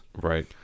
Right